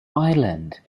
island